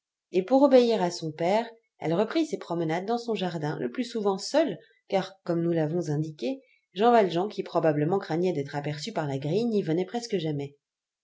et pour obéir à son père elle reprit ses promenades dans son jardin le plus souvent seule car comme nous l'avons indiqué jean valjean qui probablement craignait d'être aperçu par la grille n'y venait presque jamais